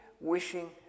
wishing